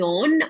on